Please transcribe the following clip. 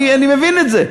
אני מבין את זה,